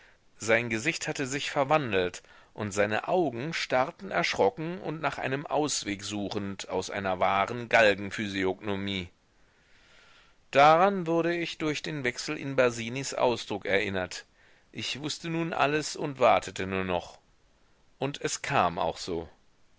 sein gesicht hatte sich verwandelt und seine augen starrten erschrocken und nach einem ausweg suchend aus einer wahren galgenphysiognomie daran wurde ich durch den wechsel in basinis ausdruck erinnert ich wußte nun alles und wartete nur noch und es kam auch so